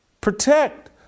Protect